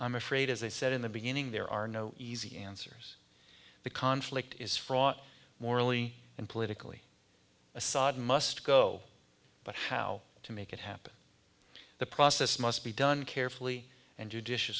i'm afraid as i said in the beginning there are no easy answers the conflict is fraught morally and politically assad must go but how to make it happen the process must be done carefully and